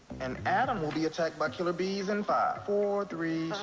and adam will be attacked by killer bees in five, four, three,